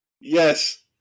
yes